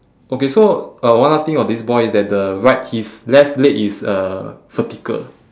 okay so uh one last thing about this boy is that the right his left leg is uh vertical